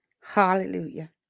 Hallelujah